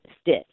stitch